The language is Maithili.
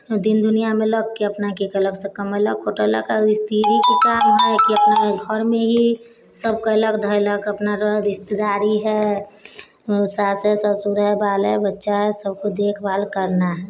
दिन दुनिआमे लगके अपना कि कयलकसे अपन कमैलक खटैलक आओर स्त्रीके काम हय अपना घरमे ही सभ कयलक धयलक अपना रह रिश्तेदारी हय सास हय ससुर हय बाल हय बच्चा हय सभको देखभाल करना हय